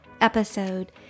episode